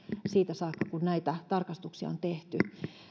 siitä saakka kun näitä tarkastuksia on tehty